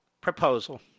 proposal